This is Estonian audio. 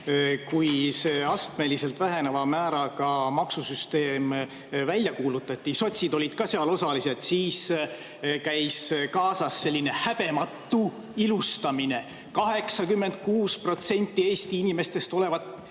Kui see astmeliselt väheneva määraga maksusüsteem välja kuulutati, sotsid olid ka seal osalised, siis käis [sellega] kaasas selline häbematu ilustamine. 86% Eesti inimestest võitvat